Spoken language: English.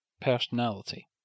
personality